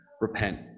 Repent